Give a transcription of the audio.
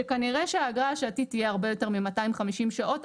שכנראה שהאגרה השעתית תהיה הרבה יותר מ-250 שעות.